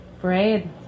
Braid